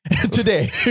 today